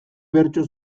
bertso